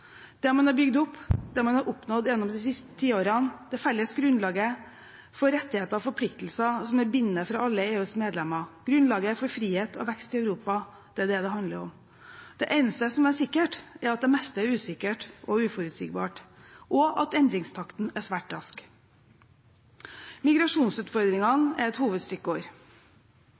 Det man har bygd opp, det man har oppnådd gjennom de siste tiårene, det felles grunnlaget for rettigheter og forpliktelser som er bindende for alle EUs medlemmer, grunnlaget for frihet og vekst i Europa – det er det det handler om. Det eneste som er sikkert, er at det meste er usikkert og uforutsigbart, og at endringstakten er svært rask. Migrasjonsutfordringene er et